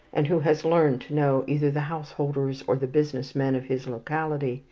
and who has learned to know either the householders or the business men of his locality,